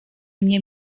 mnie